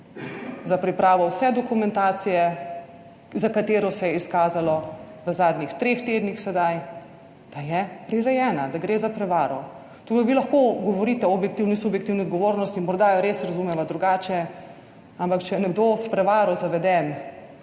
za pripravo vse dokumentacije, za katero se je izkazalo v zadnjih treh tednih sedaj, da je prirejena, da gre za prevaro. Torej, vi lahko govorite o objektivni, subjektivni odgovornosti. Morda jo res razumeva drugače, ampak če je nekdo s prevaro zaveden,